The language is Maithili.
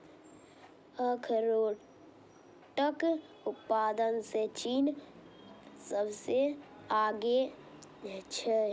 अखरोटक उत्पादन मे चीन सबसं आगां छै